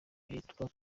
bitwa